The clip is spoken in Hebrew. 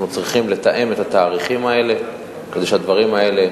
אנחנו צריכים לתאם את התאריכים האלה כדי שהדברים האלה